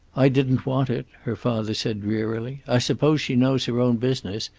i didn't want it, her father said drearily. i suppose she knows her own business,